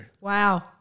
Wow